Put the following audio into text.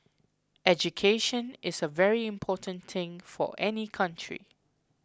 education is a very important thing for any country